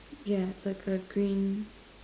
yeah it's like a green